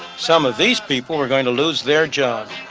some of these people are going to lose their jobs.